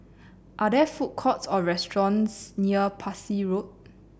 are there food courts or restaurants near Parsi Road